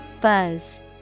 Buzz